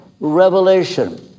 Revelation